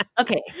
Okay